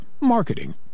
marketing